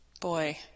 boy